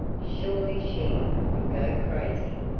surely she would go crazy!